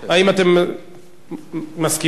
ובכן, מסכימים.